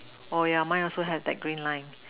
oh yeah mine also have that green line